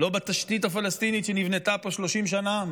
לא בתשתית הפלסטינית שנבנתה פה 30 שנה,